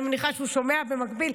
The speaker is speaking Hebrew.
אני מניחה שהוא שומע במקביל.